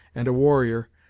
and, a warrior,